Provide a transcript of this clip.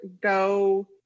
go